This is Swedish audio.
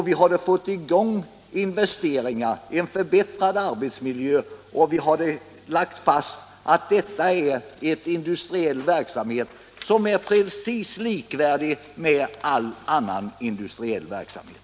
Vi hade fått i gång investeringar och uppnått en förbättrad arbetsmiljö, och vi hade fastlagt att det är fråga en industriell verksamhet som är precis likvärdig med all annan industriell verksamhet.